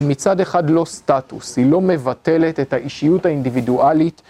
מצד אחד לא סטטוס, היא לא מבטלת את האישיות האינדיבידואלית